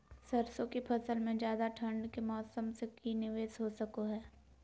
सरसों की फसल में ज्यादा ठंड के मौसम से की निवेस हो सको हय?